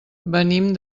venim